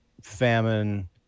famine